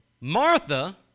Martha